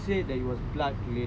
I don't know